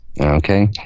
Okay